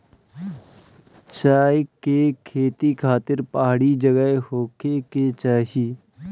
चाय के खेती खातिर पहाड़ी जगह होखे के चाही